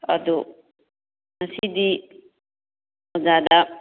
ꯑꯗꯨ ꯉꯁꯤꯗꯤ ꯑꯣꯖꯥꯗ